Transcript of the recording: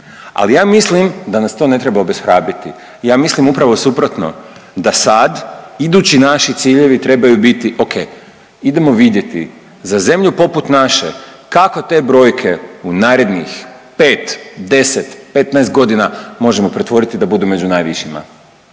ali ja mislim da nas to ne treba obeshrabriti. Ja mislim upravo suprotno da sad idući naši ciljevi trebaju biti, ok idemo vidjeti za zemlju poput naše kako te brojke u narednih 5, 10, 15 godina možemo pretvoriti da budu najvišima,